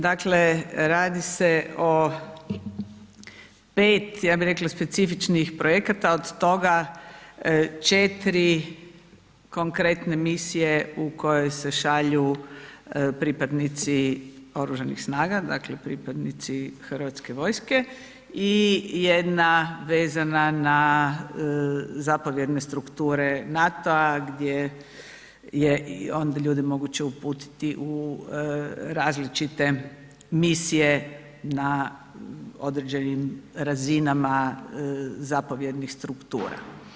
Dakle, radi se o 5 ja bih rekla specifičnih projekata, od toga 4 konkretne misije u kojoj se šalju pripadnici OS-a, dakle pripadnici Hrvatske vojske i jedna vezana na zapovjedne strukture NATO-a gdje je i onda ljude moguće uputiti u različite misije na određenim razinama zapovjednih struktura.